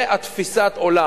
זה תפיסת העולם.